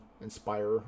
inspire